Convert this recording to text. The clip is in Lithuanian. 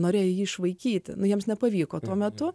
norėjo jį išvaikyti jiems nepavyko tuo metu